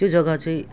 त्यो जगा चाहिँ